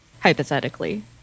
Hypothetically